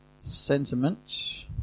sentiment